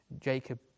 Jacob